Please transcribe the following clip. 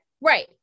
Right